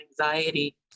anxiety